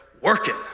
working